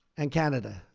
and canada.